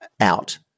out